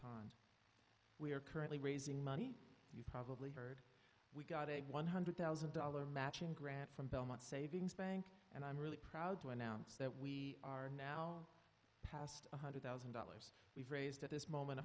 like we are currently raising money probably we got a one hundred thousand dollars matching grant from belmont savings bank and i'm really proud to announce that we are now one hundred thousand dollars we've raised at this moment a